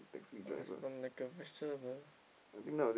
!ah! stunned like a vegetable